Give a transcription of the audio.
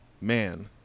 man